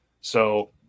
So-